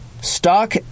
Stock